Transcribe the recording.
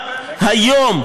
היום,